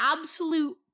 absolute